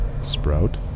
Sprout